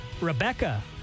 Rebecca